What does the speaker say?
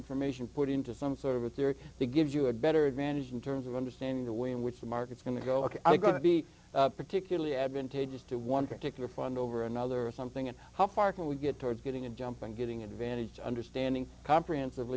information put into some sort of a theory to give you a better advantage in terms of understanding the way in which the market's going to go ok i'm going to be particularly advantageous to one particular fund over another or something and how far can we get towards getting a jump and getting advantage understanding comprehensive